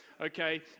Okay